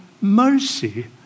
mercy